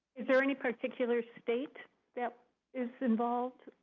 is there any particular state that is involved,